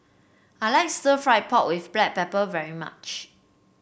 I like Stir Fried Pork with Black Pepper very much